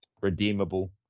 redeemable